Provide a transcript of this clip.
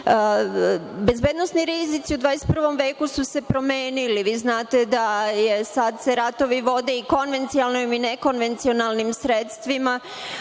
Bezbednosni rizici u 21. veku su se promenili. Znate, da se sada ratovi vode i konvencionalnim i nekonvencionalnim sredstvima,